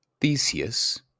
Theseus